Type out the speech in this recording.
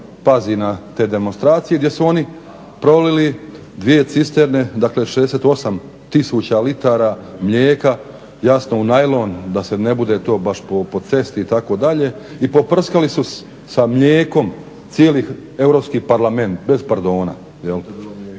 pazi na te demonstracije gdje su oni prolili dvije cisterne dakle 68 tisuća mlijeka jasno u najlon da se ne bude to baš po cesti itd. i poprskali su sa mlijekom cijeli Europski parlament bez pardona.